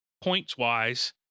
points-wise